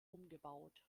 umgebaut